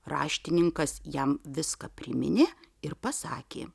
raštininkas jam viską priminė ir pasakė